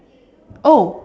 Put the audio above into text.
oh